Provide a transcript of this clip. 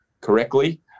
correctly